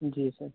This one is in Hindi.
जी सर